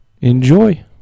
enjoy